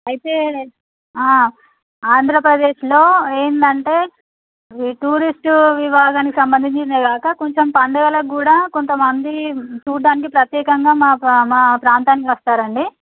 అయితే ఆంధ్రప్రదేశ్లో ఏంటంటే టూరిస్ట్ విభాగానికి సంబంధించిందే కాక కొంచెం పండుగలకి కూడా కొంతమంది చూడ్డానికి ప్రత్యేకంగా మా ప్రాంతా మా ప్రాంతానికి వస్తారండి